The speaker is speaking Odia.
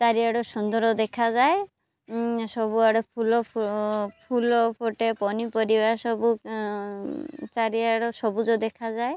ଚାରିଆଡ଼େ ସୁନ୍ଦର ଦେଖାଯାଏ ସବୁଆଡ଼େ ଫୁଲ ଫୁଲ ଫୁଟେ ପନିପରିବା ସବୁ ଚାରିଆଡ଼େ ସବୁଜ ଦେଖାଯାଏ